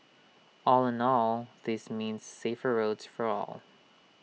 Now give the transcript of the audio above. all in all this means safer roads for all